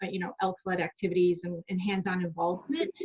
but you know, elks led activities and and hands-on involvement,